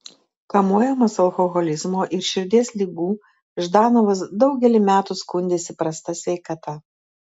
kamuojamas alkoholizmo ir širdies ligų ždanovas daugelį metų skundėsi prasta sveikata